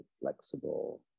flexible